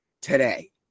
today